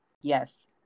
Yes